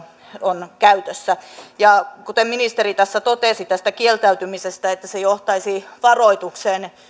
on käytössä kuten ministeri tässä totesi tästä kieltäytymisestä että se johtaisi varoitukseen